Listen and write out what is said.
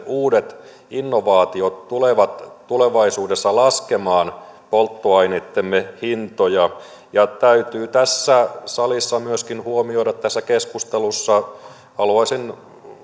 uudet innovaatiot tulevat tulevaisuudessa laskemaan polttoaineittemme hintoja täytyy tässä salissa myöskin huomioida ja tässä keskustelussa haluaisin